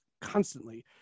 constantly